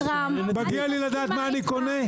מגיע לי לדעת מה אני קונה?